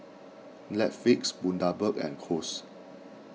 Netflix Bundaberg and Kose